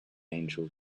angel